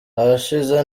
ahashize